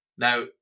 Now